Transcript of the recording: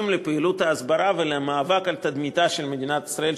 לפעילות ההסברה ולמאבק על תדמיתה של מדינת ישראל,